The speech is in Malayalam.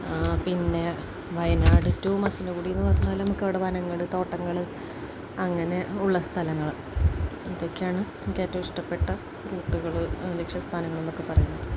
പിന്നെ വയനാട് ടു മസിനഗുഡിയെന്ന് പറഞ്ഞാല് നമുക്കവിടെ വനങ്ങള് തോട്ടങ്ങള് അങ്ങനെയുള്ള സ്ഥലങ്ങള് ഇതൊക്കെയാണ് എനിക്കേറ്റവും ഇഷ്ടപ്പെട്ട റൂട്ടുകള് ലക്ഷ്യസ്ഥാനങ്ങള് എന്നൊക്കെ പറയുന്നത്